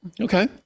Okay